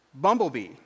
bumblebee